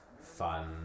fun